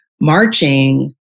marching